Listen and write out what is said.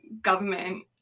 government